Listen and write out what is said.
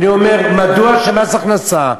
אני אומר: מדוע שמס הכנסה,